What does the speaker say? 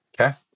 Okay